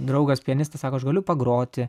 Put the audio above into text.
draugas pianistas sako aš galiu pagroti